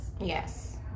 Yes